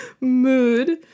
Mood